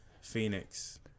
Phoenix